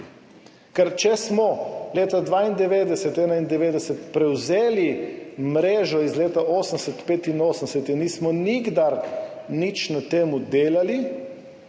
Ker če smo v letih 1992, 1991 prevzeli mrežo iz leta 1980, 1985 in nismo nikdar nič na tem delali